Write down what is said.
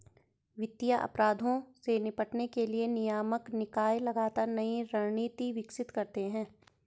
वित्तीय अपराधों से निपटने के लिए नियामक निकाय लगातार नई रणनीति विकसित करते हैं